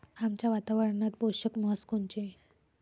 आमच्या वातावरनात पोषक म्हस कोनची?